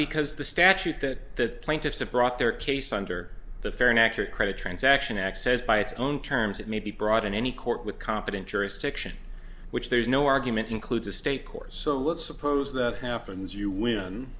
because the statute that plaintiffs have brought their case under the fair and accurate credit transaction act says by its own terms it may be brought in any court with competent jurisdiction which there's no argument includes the state courts so let's suppose that happens you w